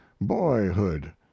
boyhood